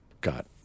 got